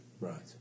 Right